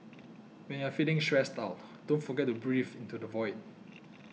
when you are feeling stressed out don't forget to breathe into the void